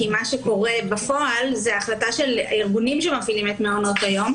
כי מה שקורה בפועל כהחלטה של הארגונים שמפעילים את מעונות היום,